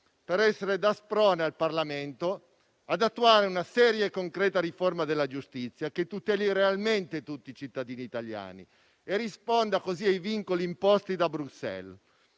per essere da sprone al Parlamento ad attuare una seria e concreta riforma della giustizia, che tuteli realmente tutti i cittadini italiani e risponda così ai vincoli imposti da Bruxelles.